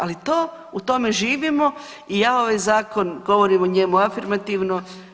Ali to u tome živimo i ja ovaj zakon govorim o njemu afirmativno.